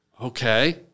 Okay